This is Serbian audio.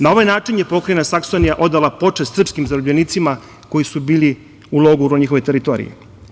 Na ovaj način je pokrajina Saksonija odala počast srpskim zarobljenicima koji su bili u logoru na njihovoj teritoriji.